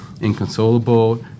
inconsolable